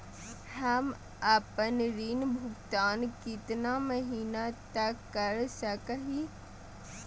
हम आपन ऋण भुगतान कितना महीना तक कर सक ही?